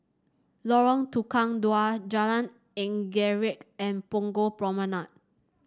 Lorong Tukang Dua Jalan Anggerek and Punggol Promenade